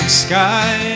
sky